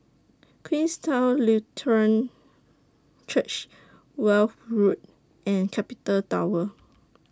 Queenstown Lutheran Church Weld Road and Capital Tower